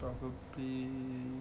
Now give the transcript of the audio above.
probably